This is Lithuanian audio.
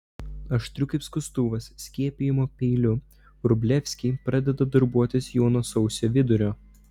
aštriu kaip skustuvas skiepijimo peiliu vrublevskiai pradeda darbuotis jau nuo sausio vidurio